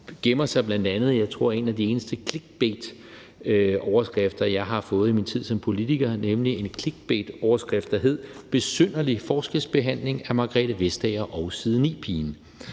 overskrift, men en af de eneste clickbaitoverskrifter, jeg har lavet i min tid som politiker, hedder »Besynderlig forskelsbehandling af Margrethe Vestager og side 9 pigen